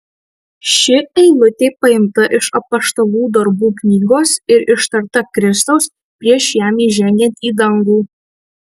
ši eilutė paimta iš apaštalų darbų knygos ir ištarta kristaus prieš jam įžengiant į dangų